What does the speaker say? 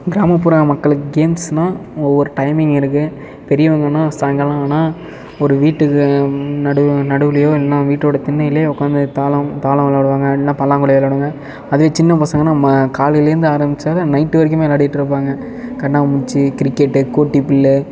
கிராமப்புற மக்களுக்கு கேம்ஸ்னா ஒவ்வொரு டைமிங் இருக்குது பெரியவங்கனா சாயங்காலம் ஆனால் ஒரு வீட்டுக்கு நடுவு நடுவுலேயோ இல்லைனா வீட்டோடய திண்ணையிலேயோ உட்காந்து தாளம் தாளம் விளையாடுவாங்க இல்லைனா பல்லாங்குழி விளையாடுவாங்க அதே சின்னப் பசங்கன்னா ம காலையிலேந்து ஆரம்பிச்சாக்க நைட் வரைக்குமே விளையாட்டிகிட்டி இருப்பாங்க கண்ணாம்பூச்சி கிரிக்கெட்டு கோட்டிப்பிள்ளு